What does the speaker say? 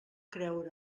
creure